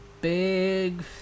big